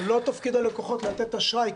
לא תפקיד הלקוחות לתת אשראי.